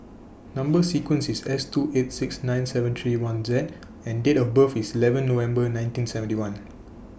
Number sequence IS S two eight six nine seven three one Z and Date of birth IS eleven November nineteen seventy one